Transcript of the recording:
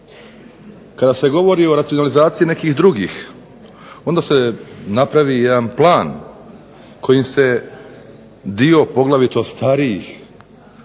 Kad se govori o racionalizaciji nekih drugih, onda se napravi jedan plan kojim se dio poglavito starijih